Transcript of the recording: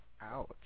Ouch